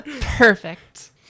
Perfect